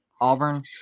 Auburn